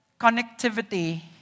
connectivity